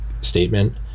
statement